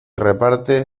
reparte